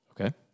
okay